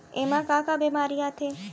एमा का का बेमारी आथे?